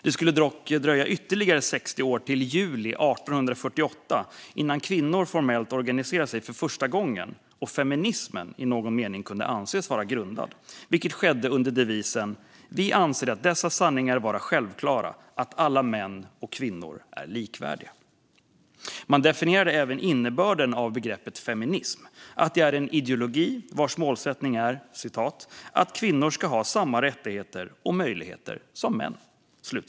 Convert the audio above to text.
Det skulle dock dröja ytterligare cirka 60 år, till juli 1848, innan kvinnor formellt organiserade sig för första gången och feminismen i någon mening kunde anses vara grundad, vilket skedde under devisen: Vi anser dessa sanningar vara självklara - att alla män och kvinnor är likvärdiga. Man definierade även innebörden av begreppet feminism, att det är en ideologi vars målsättning är att kvinnor ska ha samma rättigheter och möjligheter som män.